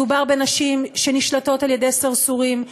מדובר בנשים שנשלטות בידי סרסורים,